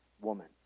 woman